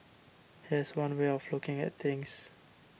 here's one way of looking at things